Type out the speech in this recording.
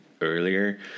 earlier